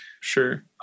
Sure